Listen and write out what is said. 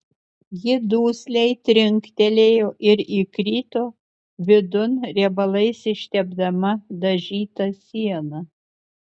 ji dusliai trinktelėjo ir įkrito vidun riebalais ištepdama dažytą sieną